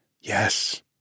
Yes